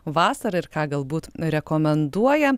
vasarą ir ką galbūt rekomenduoja